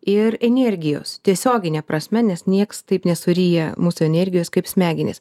ir energijos tiesiogine prasme nes nieks taip nesuryja mūsų energijos kaip smegenys